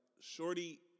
Shorty